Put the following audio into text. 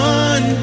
one